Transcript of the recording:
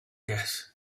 guess